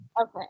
Okay